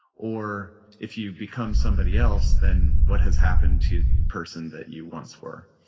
or if you become somebody else, then what has happened to the person that you once were?